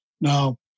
Now